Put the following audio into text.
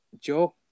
Joe